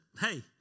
hey